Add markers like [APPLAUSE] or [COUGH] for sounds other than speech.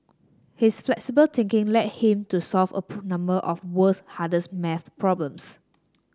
his flexible thinking led him to solve a [UNINTELLIGIBLE] [UNINTELLIGIBLE] number of the world's hardest maths problems